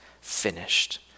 finished